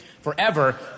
forever